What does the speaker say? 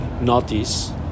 notice